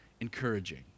encouraging